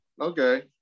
Okay